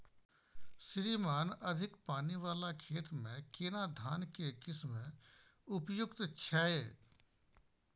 श्रीमान अधिक पानी वाला खेत में केना धान के किस्म उपयुक्त छैय?